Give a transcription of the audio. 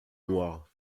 noirs